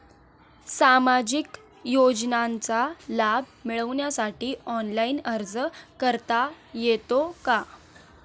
सामाजिक योजनांचा लाभ मिळवण्यासाठी ऑनलाइन अर्ज करता येतो का?